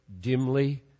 dimly